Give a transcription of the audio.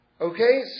Okay